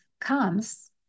comes